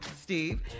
Steve